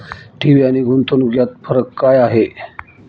ठेवी आणि गुंतवणूक यात फरक काय आहे?